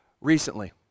recently